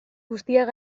guztiok